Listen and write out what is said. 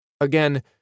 Again